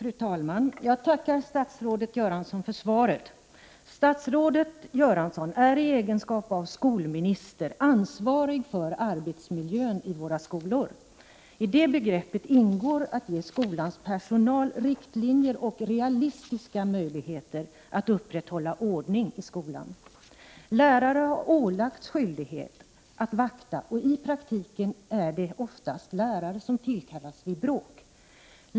Fru talman! Jag tackar statsrådet för svaret. Statsrådet Göransson är i egenskap av skolminister ansvarig för arbetsmiljön i skolorna. I det begreppet ingår att ge skolans personal riktlinjer och realistiska möjligheter att upprätthålla ordningen i skolan. Lärare har ålagts skyldighet att vakta, och i praktiken är det i första hand lärare som tillkallas då det uppstår bråk.